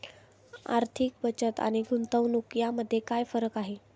आर्थिक बचत आणि गुंतवणूक यामध्ये काय फरक आहे?